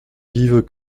vive